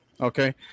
Okay